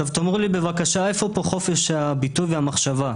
תאמרו לי בבקשה איפה פה חופש הביטוי והמחשבה.